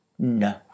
no